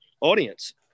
audience